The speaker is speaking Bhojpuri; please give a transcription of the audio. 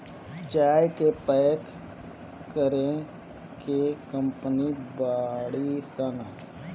चाय के पैक करे के कंपनी बाड़ी सन